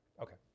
Okay